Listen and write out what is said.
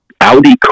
Audi